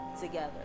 together